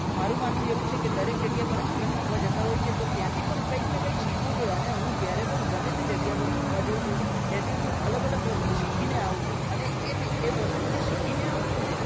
મારુ માનવું એવું છે કે દરેક જગ્યા પર આપણે ફરવા જતાં હોય છે તો ત્યાંથી પણ કંઈક શીખવું જોઈએ અને હું જયારે પણ ગમે તે જગ્યા પર ફરવા જાઉ છું ત્યાંથી હું અલગ અલગ વસ્તુ શીખીને આવું છું અને એ એવી વસ્તુ જે શીખીને આવું છું ને